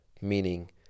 meaning